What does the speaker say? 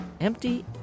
empty